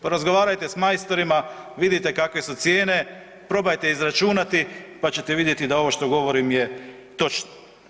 Porazgovarajte s majstorima, vidite kakve su cijene, probajte izračunati, pa ćete vidjeti da ovo što govorim je točno.